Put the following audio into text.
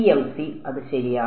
PMC അത് ശരിയാണ്